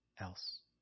else